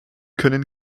können